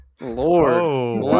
Lord